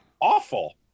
awful